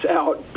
out